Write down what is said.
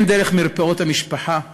הן דרך מרפאות המשפחה.